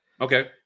Okay